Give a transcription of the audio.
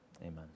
amen